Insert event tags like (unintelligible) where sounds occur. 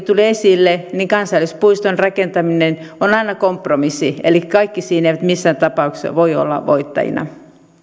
(unintelligible) tuli esille niin kansallispuiston rakentaminen on aina kompromissi eli kaikki eivät voi olla missään tapauksessa siinä voittajina